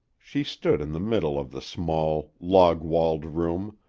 she stood in the middle of the small, log-walled room,